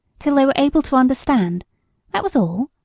till they were able to understand that was all.